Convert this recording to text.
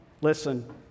listen